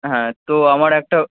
হ্যাঁ তো আমার একটা